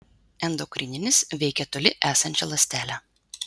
endokrininis veikia toli esančią ląstelę